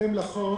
בהתאם לחוק